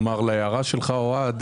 כלומר, להערתו של אוהד.